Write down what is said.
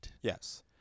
Yes